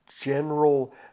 general